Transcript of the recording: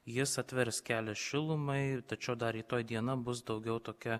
jis atvers kelią šilumai ir tačiau dar rytoj diena bus daugiau tokia